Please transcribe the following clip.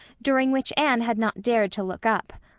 during which anne had not dared to look up.